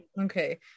okay